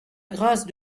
grâce